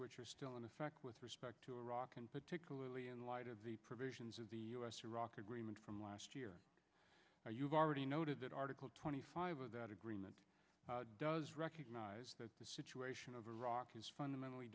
which are still in effect with respect to iraq and particularly in light of the provisions of the us iraq agreement from last year you've already noted that article twenty five of that agreement does recognize that the situation of iraq is fundamentally